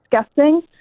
discussing